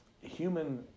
human